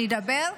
אני אדבר,